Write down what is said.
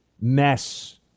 mess